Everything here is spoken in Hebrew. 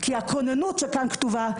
כי הכוננות שכאן כתובה,